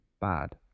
bad